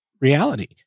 reality